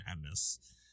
madness